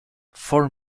four